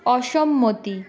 অসম্মতি